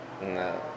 No